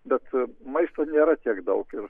bet maisto nėra tiek daug ir